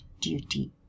duty